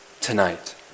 tonight